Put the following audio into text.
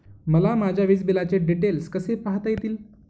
मला माझ्या वीजबिलाचे डिटेल्स कसे पाहता येतील?